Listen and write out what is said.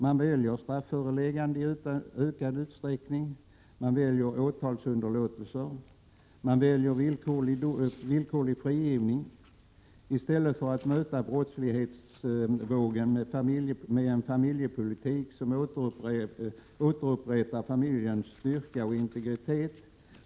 Man väljer i ökad utsträckning strafförelägganden, väljer åtalsunderlåtelser och väljer villkorlig frigivning. I stället för att möta brottsvågen med en familjepolitik som återupprättar familjens styrka och integritet.